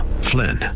Flynn